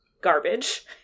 garbage